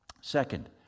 Second